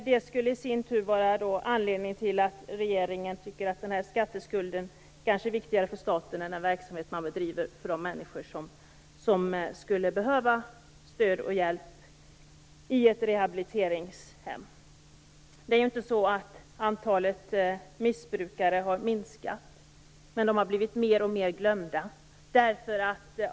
Det skulle i sin tur vara anledningen till att regeringen tycker att skatteskulden kanske är viktigare för staten än den verksamhet som bedrivs för de människor som skulle behöva stöd och hjälp i ett rehabiliteringshem. Det är inte så att antalet missbrukare har minskat, utan de har blivit mer och mer glömda.